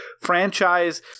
franchise